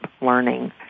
learning